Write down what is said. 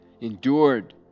endured